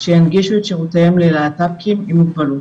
שינגישו את שירותיהם ללהט"בקים עם מוגבלות.